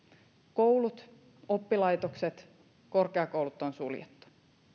koulut oppilaitokset korkeakoulut on suljettu